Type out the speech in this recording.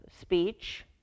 speech